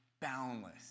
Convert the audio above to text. boundless